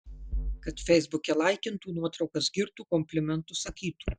kad feisbuke laikintų nuotraukas girtų komplimentus sakytų